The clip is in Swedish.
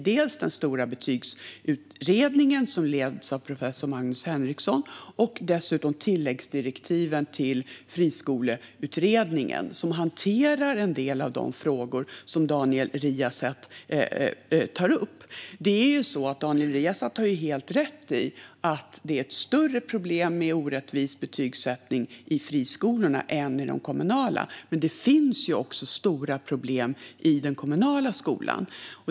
Det gäller den stora betygsutredningen, som leds av professor Magnus Henrekson, och tilläggsdirektiven till friskoleutredningen, som hanterar en del av de frågor som Daniel Riazat tar upp. Daniel Riazat har helt rätt i att det är ett större problem med orättvis betygsättning i friskolorna än i de kommunala skolorna. Men det finns också stora problem i den kommunala skolan.